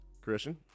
Christian